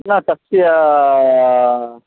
न तस्य